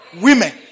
women